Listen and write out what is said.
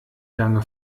lange